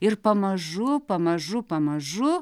ir pamažu pamažu pamažu